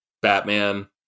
Batman